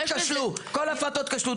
כל ההפרטות כשלו.